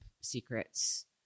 secrets